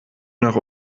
nach